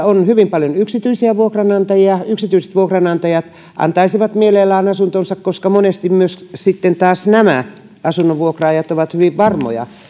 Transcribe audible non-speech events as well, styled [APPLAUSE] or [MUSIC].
[UNINTELLIGIBLE] on hyvin paljon yksityisiä vuokranantajia yksityiset vuokranantajat antaisivat mielellään asuntonsa koska monesti sitten taas nämä asunnonvuokraajat ovat myös hyvin varmoja